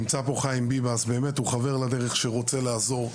חיים ביבס, באמת הוא חבר לדרך שרוצה לעזור.